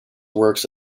works